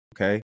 okay